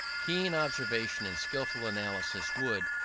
keen observation and skilful analysis would,